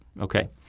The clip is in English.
Okay